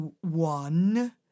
One